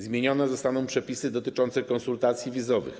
Zmienione zostaną przepisy dotyczące konsultacji wizowych.